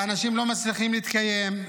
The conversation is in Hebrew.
ואנשים לא מצליחים להתקיים,